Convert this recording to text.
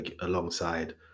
alongside